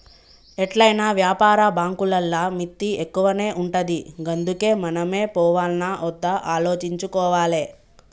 ఎట్లైనా వ్యాపార బాంకులల్ల మిత్తి ఎక్కువనే ఉంటది గందుకే మనమే పోవాల్నా ఒద్దా ఆలోచించుకోవాలె